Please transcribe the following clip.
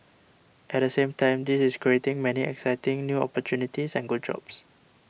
at the same time this is creating many exciting new opportunities and good jobs